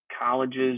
colleges